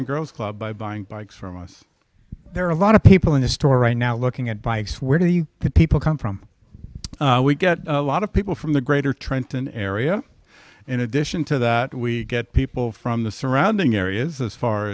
and girls club by buying bikes from us there are a lot of people in the store right now looking at bikes where do you people come from we get a lot of people from the greater trenton area in addition to that we get people from the surrounding areas as far